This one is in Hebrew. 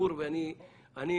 א',